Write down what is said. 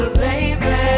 baby